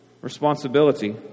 responsibility